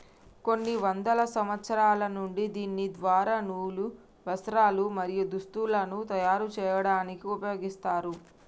కొన్ని వందల సంవత్సరాల నుండి దీని ద్వార నూలు, వస్త్రాలు, మరియు దుస్తులను తయరు చేయాడానికి ఉపయోగిస్తున్నారు